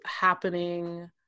happening